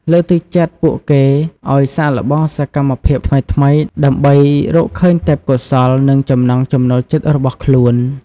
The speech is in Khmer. លើកទឹកចិត្តពួកគេឲ្យសាកល្បងសកម្មភាពថ្មីៗ ដើម្បីរកឃើញទេពកោសល្យ និងចំណង់ចំណូលចិត្តរបស់ខ្លួន។